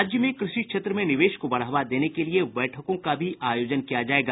राज्य में कृषि क्षेत्र में निवेश को बढ़ावा देने के लिए बैठकों का भी आयोजन किया जायेगा